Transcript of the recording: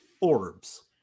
orbs